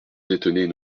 détenait